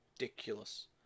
ridiculous